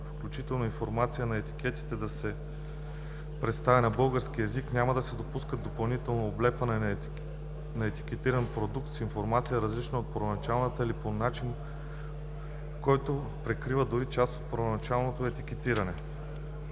включително информацията на етикета, да се представя на български език. Няма да се допуска допълнително облепване на етикетиран продукт с информация, различна от първоначалната, или по начин, който прикрива дори част от първоначалното етикетиране.